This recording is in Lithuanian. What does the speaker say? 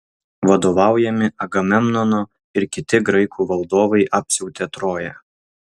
vadovaujami agamemnono ir kiti graikų valdovai apsiautė troją